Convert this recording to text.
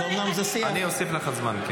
אומנם זה שיח --- אני אוסיף לך זמן.